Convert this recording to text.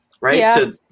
Right